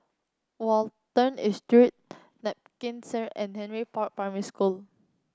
Watten Estate Street Nankin and Henry Park Primary School